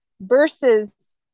versus